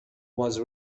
was